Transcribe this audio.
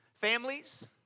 families